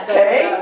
Okay